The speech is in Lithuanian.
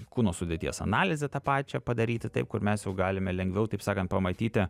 kūno sudėties analizę tą pačią padaryti taip kur mes jau galime lengviau taip sakant pamatyti